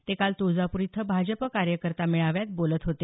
ते काल तुळजापूर येथे भाजप कार्यकर्ता मेळाव्यात बोलत होते